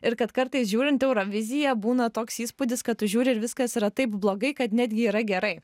ir kad kartais žiūrint euroviziją būna toks įspūdis kad tu žiūri ir viskas yra taip blogai kad netgi yra gerai